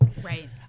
right